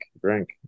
drink